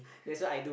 that's what I do